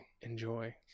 enjoy